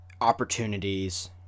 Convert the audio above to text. opportunities